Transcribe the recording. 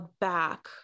back